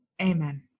Amen